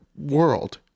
world